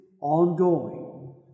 ongoing